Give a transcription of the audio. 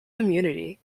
community